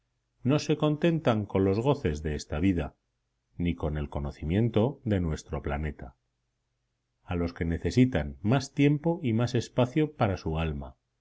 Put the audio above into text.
no se contentan con los goces de esta vida ni con el conocimiento de nuestro planeta a los que necesitan más tiempo y más espacio para su alma